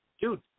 dude